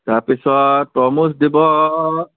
তাৰপিছত তৰমুজ দিব